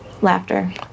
Laughter